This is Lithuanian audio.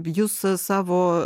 jūs savo